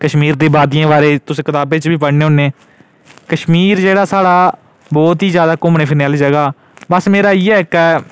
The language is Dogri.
कश्मीर दी बादियें दे बारै तुस कताबें च बी पढ़ने होने कश्मीर जेह्ड़ा साढ़ा बहु्त ही जैदा घुम्मने फिरने आह्ली जगह ऐ बस मेरा इ'यै इक